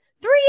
three